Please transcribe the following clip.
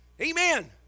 Amen